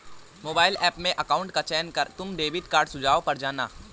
mobile app में account का चयन कर तुम डेबिट कार्ड सुझाव पर जाना